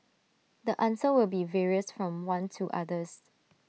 the answer will be various from one to others